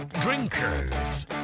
drinkers